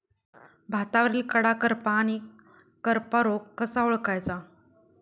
भातावरील कडा करपा आणि करपा रोग कसा ओळखायचा?